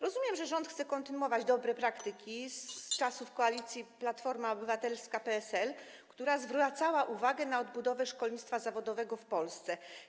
Rozumiem, że rząd chce kontynuować dobre praktyki z czasów koalicji Platformy Obywatelskiej i PSL, która zwracała uwagę na odbudowę szkolnictwa zawodowego w Polsce.